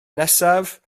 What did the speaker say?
nesaf